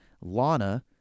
Lana